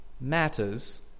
matters